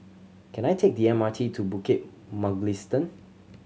can I take the M R T to Bukit Mugliston